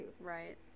right